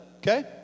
okay